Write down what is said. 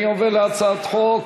אני עובר להצעת חוק,